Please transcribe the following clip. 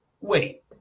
wait